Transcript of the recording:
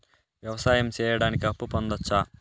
వ్యవసాయం సేయడానికి అప్పు పొందొచ్చా?